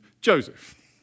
Joseph